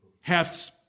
Hath